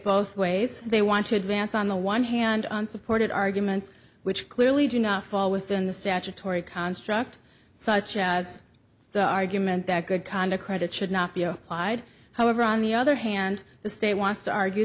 both ways they want to advance on the one hand unsupported arguments which clearly do not fall within the statutory construct such as the argument that good kind of created should not be applied however on the other hand the state wants to argue